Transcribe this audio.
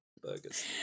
Burgers